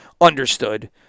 understood